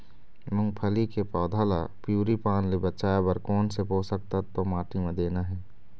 मुंगफली के पौधा ला पिवरी पान ले बचाए बर कोन से पोषक तत्व माटी म देना हे?